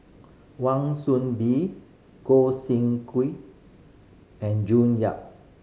Wan Soon Bee Gog Sing and June Yap